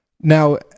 Now